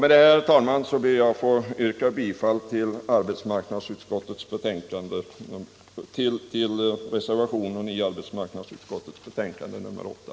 Med det anförda, herr talman, ber jag att få yrka bifall till reservationen vid arbetsmarknadsutskottets betänkande nr 8.